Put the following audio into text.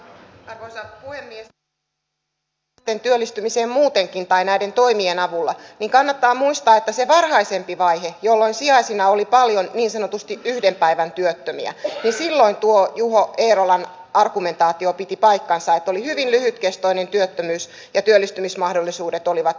mitä tulee näiden sijaisten työllistymiseen muutenkin tai näiden toimien avulla niin kannattaa muistaa että siinä varhaisemmassa vaiheessa jolloin sijaisena oli paljon niin sanotusti yhden päivän työttömiä niin silloin tuo juho eerolan argumentaatio piti paikkansa että oli hyvin lyhytkestoinen työttömyys ja työllistymismahdollisuudet olivat hyvät